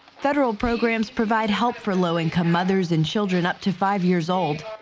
federal programs provide help for low income mothers and children, up to five years old.